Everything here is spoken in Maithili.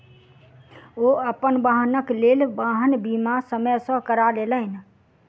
ओ अपन वाहनक लेल वाहन बीमा समय सॅ करा लेलैन